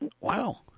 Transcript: wow